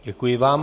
Děkuji vám.